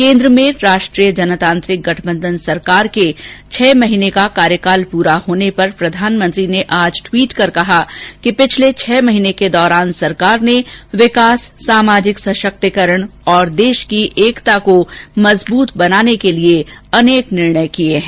केन्द्र में राष्ट्रीय जनतांत्रिक गठबंधन सरकार के छह महीने पूरे होने पर प्रधानमंत्री ने आज ट्वीट कर कहा कि पिछले छह महीने के दौरान सरकार ने विकास सामाजिक सशक्तिकरण और देश की एकता को मजबूत बनाने के लिए अनेक निर्णय किए हैं